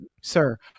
sir